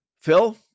Phil